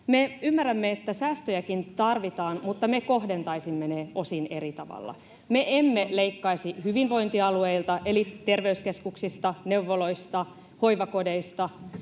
Me ymmärrämme, että säästöjäkin tarvitaan, mutta me kohdentaisimme ne osin eri tavalla. Me emme leikkaisi hyvinvointialueilta eli terveyskeskuksista, neuvoloista, hoivakodeista.